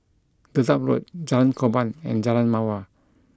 Dedap Road Jalan Korban and Jalan Mawar